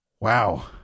Wow